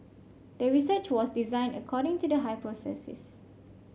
the research was designed according to the hypothesis